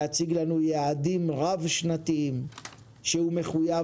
להציג לנו יעדים רב שנתיים שהוא מחויב